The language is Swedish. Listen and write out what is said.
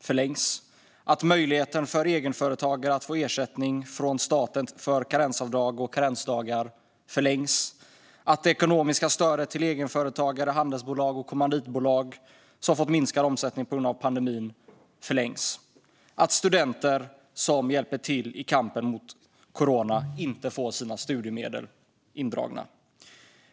förlängs, att möjligheten för egenföretagare att få ersättning från staten för karensavdrag och karensdagar förlängs, att det ekonomiska stödet till egenföretagare, handelsbolag och kommanditbolag som fått minskad omsättning på grund av pandemin förlängs och att studenter som hjälper till i kampen mot corona inte får sina studiemedel indragna.